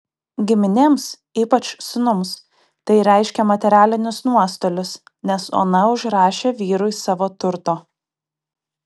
giminėms ypač sūnums tai reiškė materialinius nuostolius nes ona užrašė vyrui savo turto